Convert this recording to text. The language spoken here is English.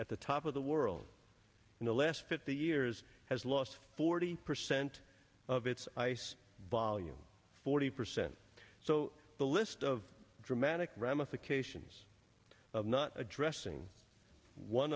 at the top of the world in the last fifty years has lost forty percent of its ice baal you forty percent so the list of dramatic ramifications of not addressing one